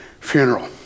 funeral